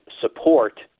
support